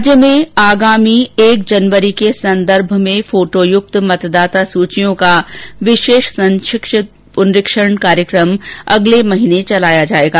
राज्य में आगामी एक जनवरी के संदर्भ में फोटोयुक्त मतदाता सूचियों का विशेष संक्षिप्त पुनरीक्षण कार्यक्रम अगले महीने चलाया जाएगा